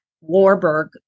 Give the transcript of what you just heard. Warburg